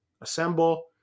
Assemble